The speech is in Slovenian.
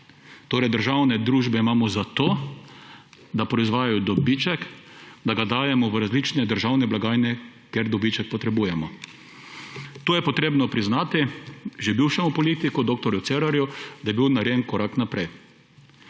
Torej, državne družbe imamo zato, da proizvajajo dobiček, da ga dajemo v različne državne blagajne, ker dobiček potrebujemo. To je treba priznati že bivšemu politiku dr. Cerarju, da je bil narejen korak naprej.